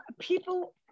people